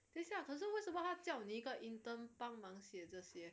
等一下可是为什么他叫你一个 intern 帮忙写这些